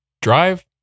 drive